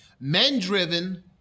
Men-driven